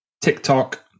TikTok